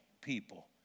people